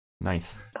Nice